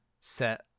set